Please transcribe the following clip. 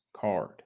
card